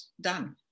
done